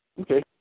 Okay